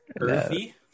earthy